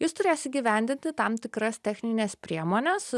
jis turės įgyvendinti tam tikras technines priemones